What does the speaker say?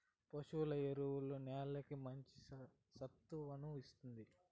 పశువుల ఎరువు నేలకి మంచి సత్తువను ఇస్తుంది